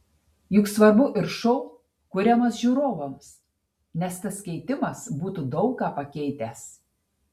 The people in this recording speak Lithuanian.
juk svarbu ir šou kuriamas žiūrovams nes tas keitimas būtų daug ką pakeitęs